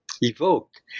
evoked